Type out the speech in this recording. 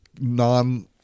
non